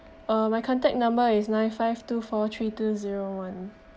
uh my contact number is nine five two four three two zero one